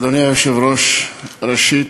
אדוני היושב-ראש, ראשית,